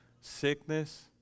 Sickness